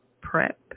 prep